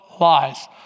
lies